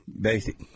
Basic